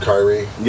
Kyrie